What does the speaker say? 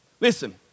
Listen